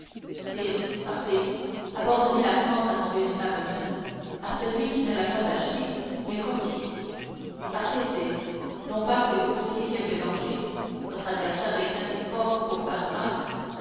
sire partez abandonnez la france à son véritable maître à celui qui ne l'a pas achetée mais conquise partez sire non pas que vous couriez quelque danger votre adversaire est assez fort pour faire grâce